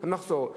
על מחסור.